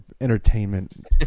entertainment